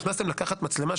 נכנסתם לקחת מצלמה,